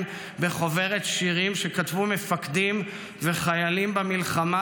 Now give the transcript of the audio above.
בחוברת שירים שכתבו מפקדים וחיילים במלחמה,